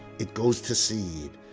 it goes to seed.